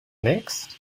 next